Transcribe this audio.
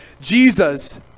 Jesus